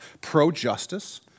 pro-justice